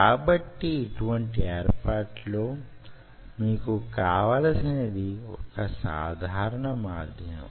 కాబట్టి యిటువంటి ఏర్పాటులో మీకు కావలసినది వొక సాధారణ మాధ్యమం